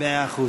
מאה אחוז.